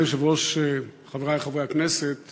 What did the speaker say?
אדוני היושב-ראש, חברי חברי הכנסת,